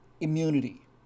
immunity